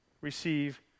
receive